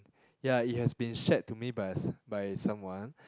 ya it has been shared to me by s~ by someone